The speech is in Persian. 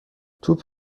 توپ